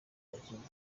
abakinnyi